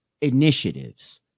initiatives